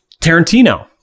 Tarantino